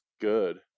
good